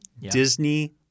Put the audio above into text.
Disney